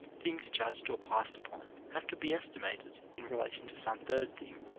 things judged or passed upon have to be estimated in relation to some third thing,